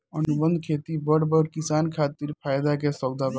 अनुबंध खेती बड़ बड़ किसान खातिर फायदा के सउदा बा